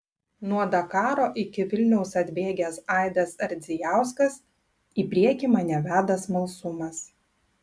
nuo dakaro iki vilniaus atbėgęs aidas ardzijauskas į priekį mane veda smalsumas